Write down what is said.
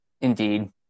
Indeed